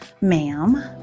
ma'am